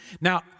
Now